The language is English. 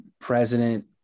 president